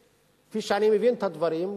כפי שאני מבין את הדברים,